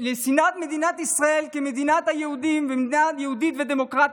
שנאת מדינת ישראל כמדינת היהודים וכמדינה יהודית ודמוקרטית.